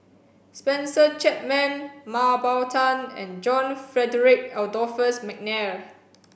Spencer Chapman Mah Bow Tan and John Frederick Adolphus McNair